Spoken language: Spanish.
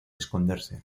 esconderse